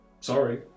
sorry